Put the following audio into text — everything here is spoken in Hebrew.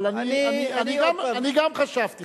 אבל אני גם חשבתי,